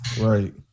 Right